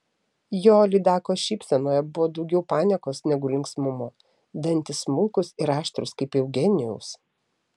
jo lydekos šypsenoje buvo daugiau paniekos negu linksmumo dantys smulkūs ir aštrūs kaip eugenijaus